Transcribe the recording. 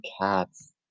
Cats